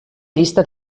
llista